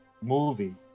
movie